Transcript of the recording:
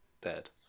dead